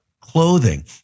clothing